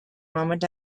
moment